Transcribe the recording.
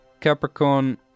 Capricorn